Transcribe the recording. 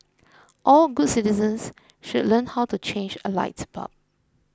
all good citizens should learn how to change a light bulb